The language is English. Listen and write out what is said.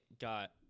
got